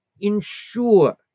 ensure